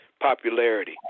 popularity